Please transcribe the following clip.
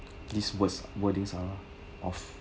this was wordings ah of